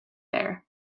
there